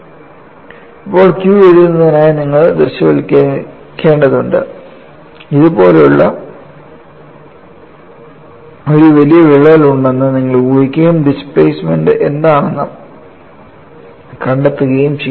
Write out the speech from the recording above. ഇപ്പോൾ Q എഴുതുന്നതിനായി നിങ്ങൾ ദൃശ്യവൽക്കരിക്കേണ്ടതുണ്ട് ഇതുപോലുള്ള ഒരു വലിയ വിള്ളൽ ഉണ്ടെന്ന് നിങ്ങൾ ഊഹിക്കുകയും ഡിസ്പ്ലേസ്മെൻറ് എന്താണെന്ന് കണ്ടെത്തുകയും ചെയ്യണം